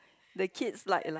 the kids like